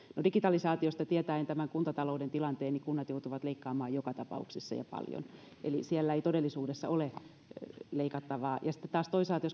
digitalisaatiosta tietäen tämän kuntatalouden tilanteen kunnat joutuvat leikkaamaan joka tapauksessa ja paljon eli siellä ei todellisuudessa ole leikattavaa tai digitalisaation tehostamista ja sitten taas toisaalta jos